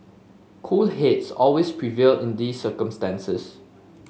cool heads always prevail in these circumstances